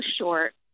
short